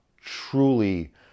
truly